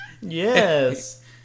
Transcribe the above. yes